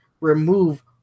remove